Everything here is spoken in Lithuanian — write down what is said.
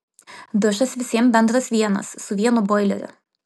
dušas visiems bendras vienas su vienu boileriu